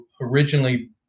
originally